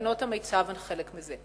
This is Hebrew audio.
בחינות המיצ"ב הן חלק מזה.